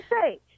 say